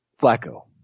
Flacco